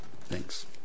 Thanks